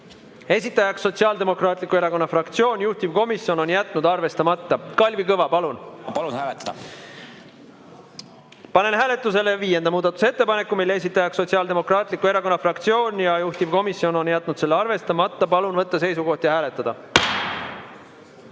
esitajaks Sotsiaaldemokraatliku Erakonna fraktsioon, juhtivkomisjon on jätnud arvestamata. Kalvi Kõva, palun! Ma palun hääletada. Ma palun hääletada. Panen hääletusele viienda muudatusettepaneku, mille esitajaks on Sotsiaaldemokraatliku Erakonna fraktsioon ja juhtivkomisjon on jätnud selle arvestamata. Palun võtta seisukoht ja hääletada.